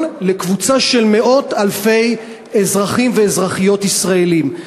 לקבוצה של מאות אלפי אזרחים ואזרחיות ישראלים.